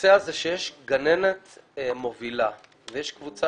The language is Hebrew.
הנושא הזה שיש גננת מובילה ויש קבוצה